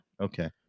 Okay